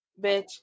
Bitch